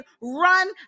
run